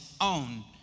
own